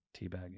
Teabagging